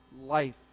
life